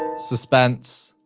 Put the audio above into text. suspense.